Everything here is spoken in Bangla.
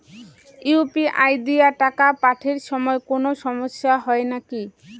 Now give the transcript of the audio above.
ইউ.পি.আই দিয়া টাকা পাঠের সময় কোনো সমস্যা হয় নাকি?